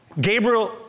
Gabriel